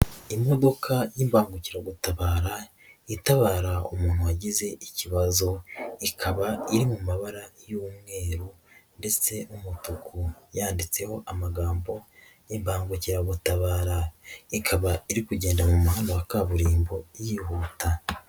Imodoka y'imbangukiragutabara itabara umuntu wagize ikibazo, ikaba iri mu mabara y'umweru ndetse umutuku yanditseho amagambo y'ibangukiragutabara, ikaba iri kugenda mu muhanda wa kaburimbo yihuta.